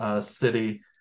City